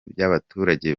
by’abaturage